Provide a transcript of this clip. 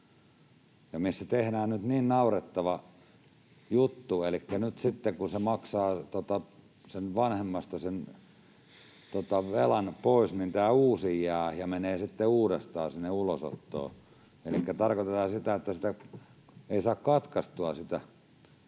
Ja siinä tehdään nyt niin naurettava juttu, että nyt sitten kun hän maksaa vanhemmasta sen velan pois, niin tämä uusin jää ja menee sitten uudestaan sinne ulosottoon. Elikkä tarkoitetaan sitä, että ei saa katkaistua